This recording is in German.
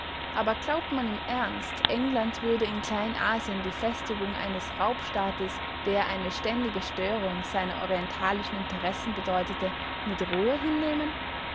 aber glaubt man im ernst england würde in kleinasien die festigung eines raubstaates der eine ständige störung seiner orientalischen interessen bedeutete mit ruhe hinnehmen